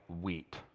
wheat